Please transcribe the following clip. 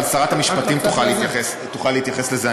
אבל שרת המשפטים תוכל להתייחס לזה,